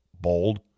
bold